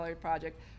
project